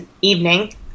evening